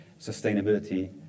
sustainability